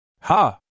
Ha